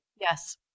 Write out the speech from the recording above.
yes